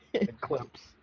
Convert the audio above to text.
Eclipse